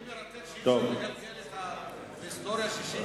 לגלגל את ההיסטוריה 60 שנה,